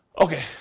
Okay